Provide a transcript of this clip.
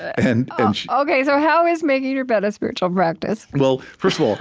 and ok, so how is making your bed a spiritual practice? well, first of all,